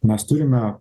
mes turime